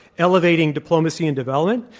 elevating diplomacy and development.